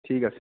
ঠিক আছে